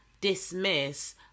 dismiss